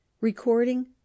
Recording